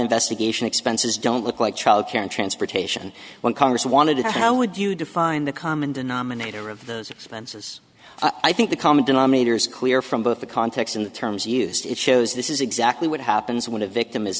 investigation expenses don't look like child care transportation when congress wanted it how would you define the common denominator of those expenses i think the common denominator is clear from both the context and the terms used it shows this is exactly what happens when a victim is